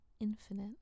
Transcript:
infinite